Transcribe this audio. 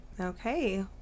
Okay